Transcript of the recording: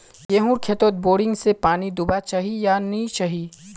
गेँहूर खेतोत बोरिंग से पानी दुबा चही या नी चही?